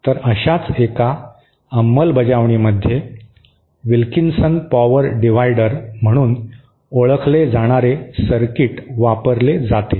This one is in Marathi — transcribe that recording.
तर अशाच एका अंमलबजावणीमध्ये विल्किन्सन पॉवर डिवाइडर म्हणून ओळखले जाणारे सर्किट वापरले जाते